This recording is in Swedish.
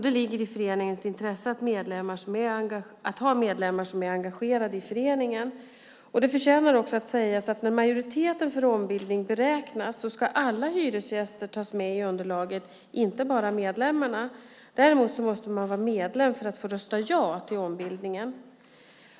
Det ligger i föreningens intresse att ha medlemmar som är engagerade i föreningen. Det förtjänar också att sägas att när majoriteten för ombildning beräknas ska alla hyresgäster tas med i underlaget, inte bara medlemmarna. Däremot måste man vara medlem för att få rösta ja till ombildningen.